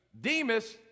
Demas